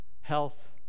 Health